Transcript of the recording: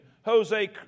Jose